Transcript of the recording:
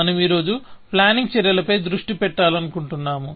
మనం ఈ రోజు ప్లానింగ్ చర్యలపై దృష్టి పెట్టాలనుకుంటున్నాము